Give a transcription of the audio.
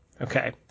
Okay